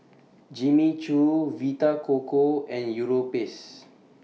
Jimmy Choo Vita Coco and Europace